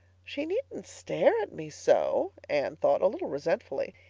she needn't stare at me so, anne thought a little resentfully.